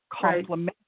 complementary